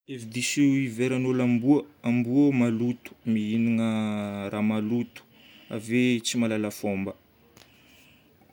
Hevidiso iheveran'olo amboa: amboa maloto, mihignana raha maloto. Ave tsy mahalala fomba.